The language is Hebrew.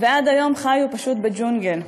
ועד היום חיו פשוט בג'ונגל.